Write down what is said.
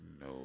No